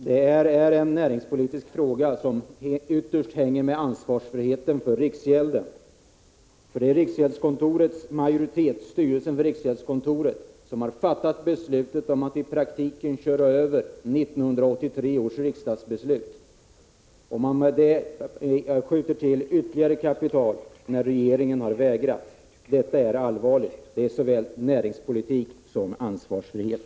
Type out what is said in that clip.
Fru talman! Detta är en näringspolitisk fråga som ytterst hänger samman med ansvarsfriheten för riksgälden. Det är styrelsen för riksgäldskontoret som har fattat beslutet om att i praktiken köra över 1983 års riksdagsbeslut. Om man med sitt beslut skjuter till ytterligare kapital när regeringen har vägrat är detta allvarligt. Det gäller såväl näringspolitik som ansvarsfrihet.